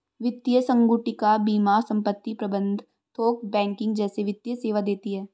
वित्तीय संगुटिका बीमा संपत्ति प्रबंध थोक बैंकिंग जैसे वित्तीय सेवा देती हैं